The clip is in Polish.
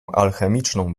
alchemiczną